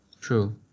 True